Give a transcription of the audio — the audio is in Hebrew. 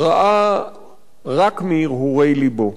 ראה רק מהרהורי לבו.